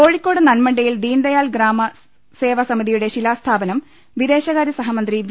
കോഴിക്കോട് നൻമണ്ടയിൽ ദീൻ ദയാൽ ഗ്രാമ സേവാ സമിതിയുടെ ശിലാസ്ഥാപനം വിദേശകാര്യ സഹമന്ത്രി വി